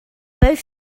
both